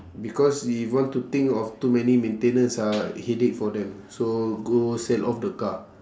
because if want to think of too many maintenance ah headache for them so go sell off the car